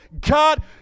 God